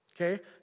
Okay